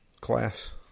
class